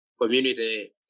community